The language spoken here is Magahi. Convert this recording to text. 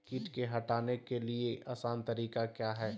किट की हटाने के ली आसान तरीका क्या है?